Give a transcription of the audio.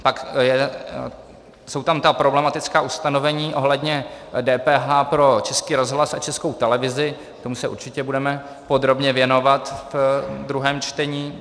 Pak jsou tam ta problematická ustanovení ohledně DPH pro Český rozhlas a Českou televizi, tomu se určitě budeme podrobně věnovat ve druhém čtení.